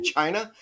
China